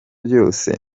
byose